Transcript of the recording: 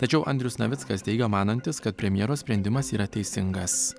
tačiau andrius navickas teigė manantis kad premjero sprendimas yra teisingas